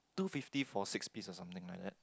two fifty for six piece or something like that